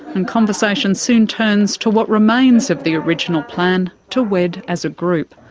and conversation soon turns to what remains of the original plan to wed as a group.